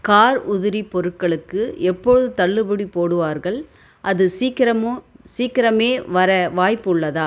car உதிரி பொருட்களுக்கு எப்பொழுது தள்ளுபடி போடுவார்கள் அது சீக்கிரமோ சீக்கிரமே வர வாய்ப்புள்ளதா